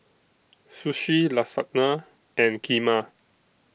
Sushi Lasagna and Kheema